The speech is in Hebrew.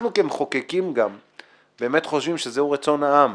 אנחנו כמחוקקים גם חושבים שזהו רצון העם.